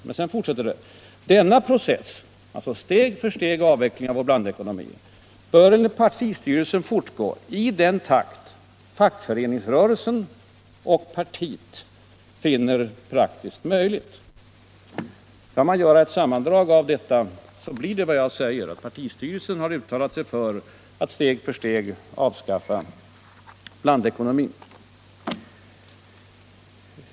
Men så fortsätter man: ”Denna process” — alltså avveckling steg för steg av vår blandekonomi — ”bör, enligt partistyrelsen, fortgå i den takt fackföreningsrörelsen och partiet finner praktiskt möjligt.” Skall man göra ett sammandrag av detta blir det som jag säger, att partistyrelsen har uttalat sig för att steg för steg avskaffa blandekonomin.